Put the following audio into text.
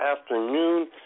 afternoon